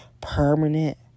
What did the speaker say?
permanent